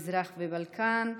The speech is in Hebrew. המזרח והבלקן,